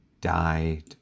died